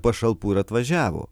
pašalpų ir atvažiavo